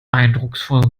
eindrucksvoll